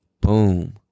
Boom